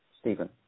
Stephen